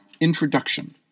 introduction